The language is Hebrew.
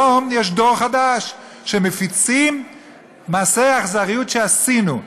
היום יש דור חדש, שמפיצים מעשה אכזריות שעשינו.